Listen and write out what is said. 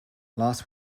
last